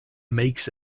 makes